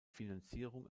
finanzierung